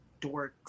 dorks